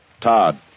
Todd